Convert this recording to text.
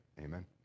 amen